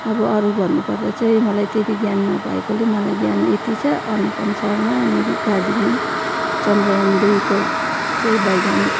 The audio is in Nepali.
अब अरू भन्नु पर्दा चाहिँ मलाई त्यति ज्ञान नभएकोले मलाई ज्ञान यति छ अनुपम शर्मा मिरिक दार्जिलिङ चन्द्रयान दुईको चाहिँ वैज्ञानिक